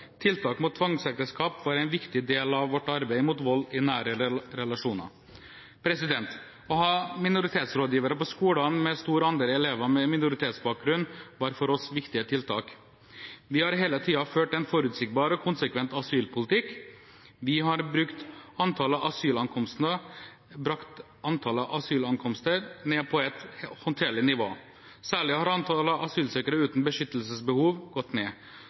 Tiltak mot tvangsekteskap var en viktig del av vårt arbeid mot vold i nære relasjoner. Å ha minoritetsrådgivere på skoler med stor andel elever med minoritetsbakgrunn var for oss viktige tiltak. Vi har hele tiden ført en forutsigbar og konsekvent asylpolitikk. Vi har brakt antall asylankomster ned på et håndterlig nivå. Særlig har antallet asylsøkere uten beskyttelsesbehov gått ned.